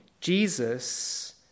Jesus